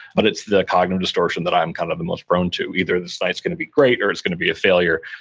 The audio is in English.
but it's the cognitive distortion that i'm kind of the most prone to. either this night's going to be great or it's going to be a failure.